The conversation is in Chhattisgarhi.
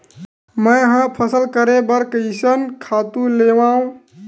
मैं ह फसल करे बर कइसन खातु लेवां?